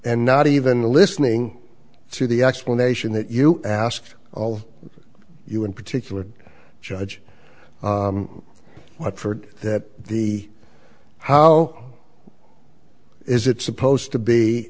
and not even listening to the explanation that you asked all you in particular judge white for that the how is it supposed to be